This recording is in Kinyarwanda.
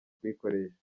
kuyikoresha